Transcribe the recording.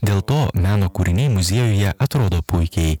dėl to meno kūriniai muziejuje atrodo puikiai